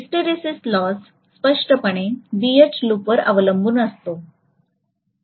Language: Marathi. हिस्टेरिसिसचे लॉस स्पष्टपणे BH लूपवर अवलंबून असते